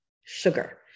sugar